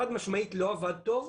חד-משמעית לא עבד טוב.